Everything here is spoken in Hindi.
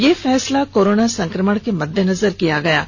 ये फैसला कोरोना संक्रमण के मद्देनजर किया गया है